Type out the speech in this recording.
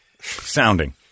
sounding